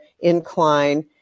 incline